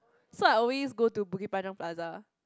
so I always go to Bukit-Panjang plaza